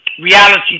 reality